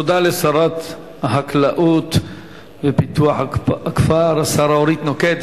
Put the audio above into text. תודה לשרת החקלאות ופיתוח הכפר, השרה אורית נוקד.